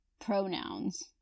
Pronouns